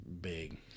big